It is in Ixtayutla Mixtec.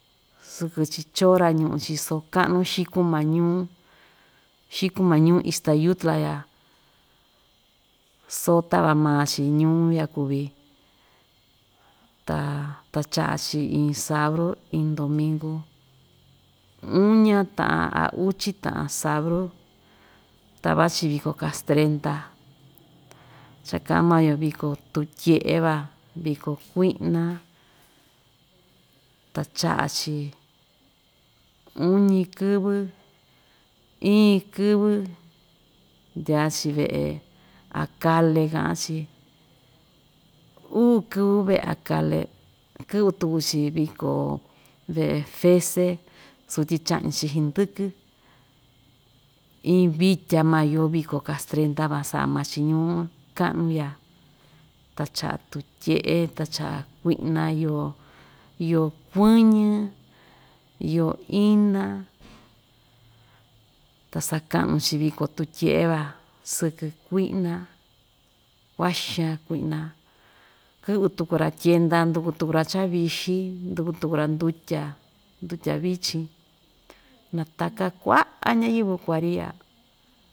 Sɨkɨ‑chi chora ñu'un‑chi soo ka'nu xikun maa ñuu, xikun maa ñuu ixtayutla ya soo tava maa‑chi ñuu ya kuvi ta tacha'a‑chi iin sabru, iin ndominku uña ta'an a uchi ta'an sabru ta vachi viko kastendra cha ka'an maa‑yo viko tutye'e van, viko kui'na tacha'a‑chi uñi kɨvɨ, iin kɨvɨ ndyaa‑chi ve'e akale ka'an‑chi, uu kɨvɨ ve'e akale kɨ'vɨ tuku‑chi viko ve'e fese sotyi cha'ñi‑chi hndɨkɨ iin vitya ma iyo viko kastendra van sa'a maa‑chi ñuu ka'nu ya tacha'a tutye'e tacha'a kui'na yo iyo kuɨñi iyo ina ta saka'nu‑chi viko tutye'e van sɨkɨ kui'na kua'a xan kui'na kɨ'vɨ tuku‑ra tyenda nduku tuku‑ra chavixi nduku tuku‑ra ndutya ndutya vichin nataka kua'a ñayɨvɨ kuariya.